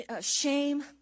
shame